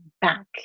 back